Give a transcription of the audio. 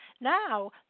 Now